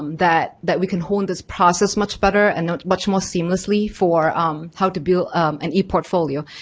that that we can hone this process much better and much more seamlessly for um how to build an e-portfolio,